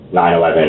9-11